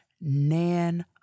nan